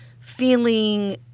feeling